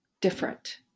different